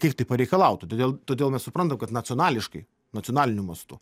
kiek tai pareikalautų todėl todėl mes suprantam kad nacionališkai nacionaliniu mastu